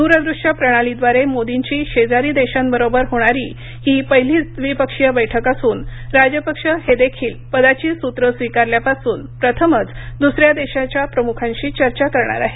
दूर दृश्य प्रणालीद्वारे मोर्दीची शेजारी देशांबरोबर होणारी ही पहिलीच द्विपक्षीय बैठक असून राजपक्ष हे देखील पदाची सूत्रे स्वीकारल्यापासून प्रथमच दुसऱ्या देशांच्या प्रमुखांशी चर्चा करणार आहेत